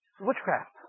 witchcraft